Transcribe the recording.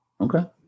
Okay